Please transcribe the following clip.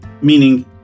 meaning